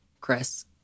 Chris